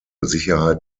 sicherheit